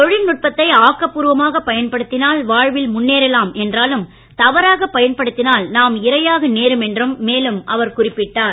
தொழில்நுட்பத்தை ஆக்கப்பூர்வமாகப் பயன்படுத்தினால் வாழ்வில் முன்னேறலாம் என்றாலும் தவறாகப் பயன்படுத்தினால் நாம் இரையாக நேரும் என்று அவர் மேலும் குறிப்பிட்டார்